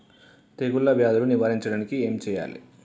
తెగుళ్ళ వ్యాధులు నివారించడానికి ఏం చేయాలి?